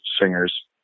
singers